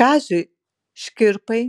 kaziui škirpai